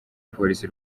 polisi